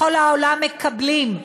בכל העולם מקבלים,